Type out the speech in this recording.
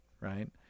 right